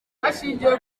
hashingiwe